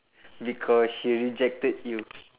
because she rejected you